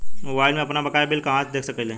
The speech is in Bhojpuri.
मोबाइल में आपनबकाया बिल कहाँसे देख सकिले?